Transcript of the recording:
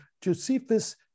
Josephus